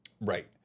Right